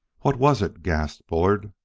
what was it? gasped bullard,